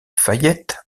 fayette